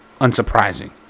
unsurprising